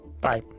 bye